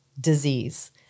disease